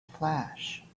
flash